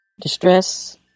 distress